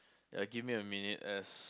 ya give me a minute as